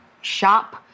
shop